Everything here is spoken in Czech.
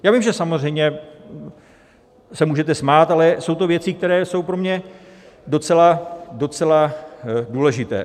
Já vím, že samozřejmě se můžete smát, ale jsou to věci, které jsou pro mě docela důležité.